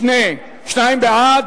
שניים בעד.